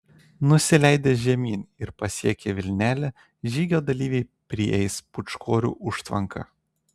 nusileidę žemyn ir pasiekę vilnelę žygio dalyviai prieis pūčkorių užtvanką